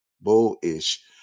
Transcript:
bullish